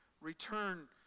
return